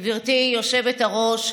גברתי היושבת-ראש,